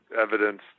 evidence